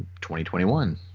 2021